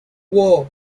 woo